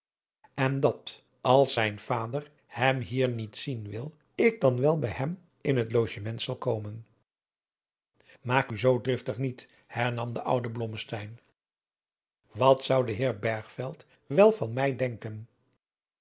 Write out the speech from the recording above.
en dat als zijn vader hem hier niet zien wil ik dan wel bij hem in het logement zal komen maak u zoo driftig niet hernam de oude blommesteyn wat zou de heer bergveld wel van mij denken